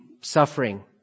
suffering